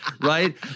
right